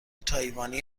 تایوانی